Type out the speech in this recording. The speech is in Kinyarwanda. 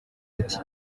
ati